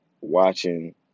watching